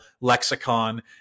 lexicon